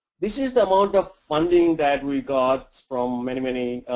this is the amount of funding that we got from many, many